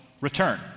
return